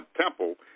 temple